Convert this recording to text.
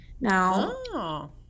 now